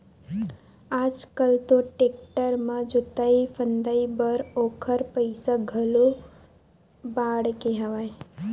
आज कल तो टेक्टर म जोतई फंदई बर ओखर पइसा घलो बाड़गे हवय